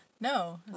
No